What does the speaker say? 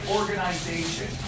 organization